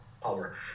power